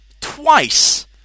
twice